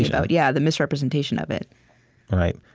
yeah but yeah, the misrepresentation of it right,